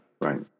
right